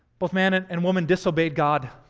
both man and and woman disobeyed god